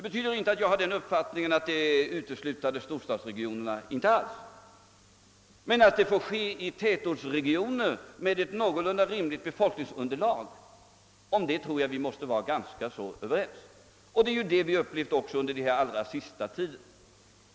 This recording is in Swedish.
Jag syftar inte alls uteslutande på storstadsregionerna, men att lokaliseringen måste ske i tätortsregioner med ett någorlunda rimligt befolkningsunderlag tror jag att vi måste vara ganska överens om. Det har vi också upplevat under den allra senaste tiden.